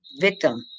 victim